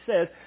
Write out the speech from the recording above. says